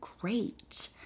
great